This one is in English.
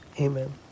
Amen